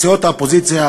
בסיעות האופוזיציה